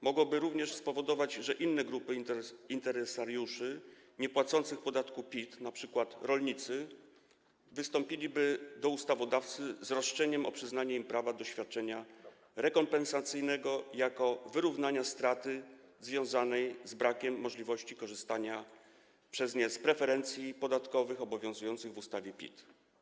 Mogłoby to również spowodować, że inne grupy interesariuszy niepłacących podatku PIT, np. rolnicy, wystąpiłyby do ustawodawcy z roszczeniem o przyznanie im prawa do świadczenia rekompensacyjnego jako wyrównania straty związanej z brakiem możliwości korzystania przez nie z preferencji podatkowych obowiązujących w ustawie PIT.